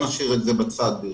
אז בוא נשאיר את זה בצד ברשותך.